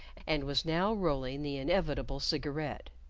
and was now rolling the inevitable cigarette.